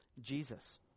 Jesus